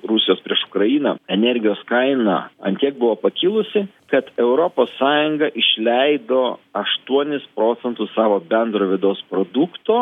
rusijos prieš ukrainą energijos kaina ant tiek buvo pakilusi kad europos sąjunga išleido aštuonis procentus savo bendro vidaus produkto